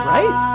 Right